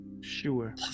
Sure